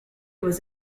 was